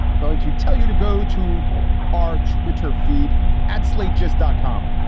going to tell you to go to our twitter feed at slate, just dot com.